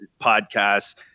podcasts